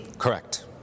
Correct